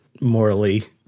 morally